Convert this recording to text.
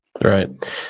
Right